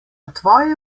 tvoje